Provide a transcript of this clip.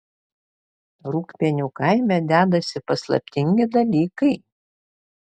rūgpienių kaime dedasi paslaptingi dalykai